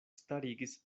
starigis